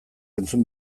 entzun